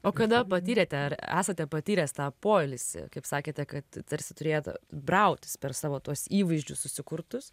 o kada patyrėte ar esate patyręs tą poilsį kaip sakėte kad tarsi turėjot brautis per savo tuos įvaizdžius susikurtus